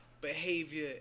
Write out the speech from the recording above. behavior